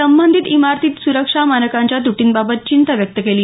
संबंधित इमारतीत सुरक्षा मानकांच्या त्र्टींबाबत चिंता व्यक्त केली